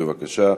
בבקשה.